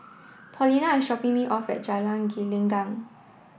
Paulina is shopping me off at Jalan Gelenggang